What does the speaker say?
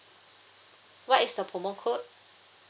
what is the promo code